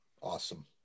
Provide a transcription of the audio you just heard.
Awesome